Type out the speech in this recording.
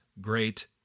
great